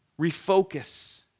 refocus